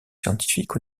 scientifiques